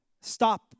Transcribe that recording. stop